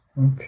Okay